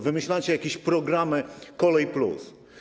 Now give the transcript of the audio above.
Wymyślacie jakiś program „Kolej+”